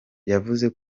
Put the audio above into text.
yavuze